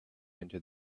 into